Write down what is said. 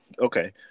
Okay